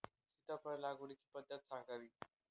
सीताफळ लागवडीची पद्धत सांगावी?